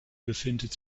befindet